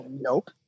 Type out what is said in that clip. Nope